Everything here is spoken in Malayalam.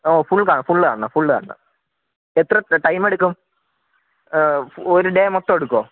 ഓ ഫുൾ കാണണം ഫുള്ള് കാണണം ഫുള്ള് കാണണം എത്ര ടൈം എടുക്കും ഒരു ഡേ മൊത്തം എടുക്കുമോ